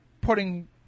putting